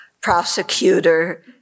prosecutor